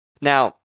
Now